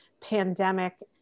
pandemic